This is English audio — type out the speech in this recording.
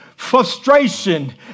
frustration